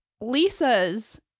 Lisa's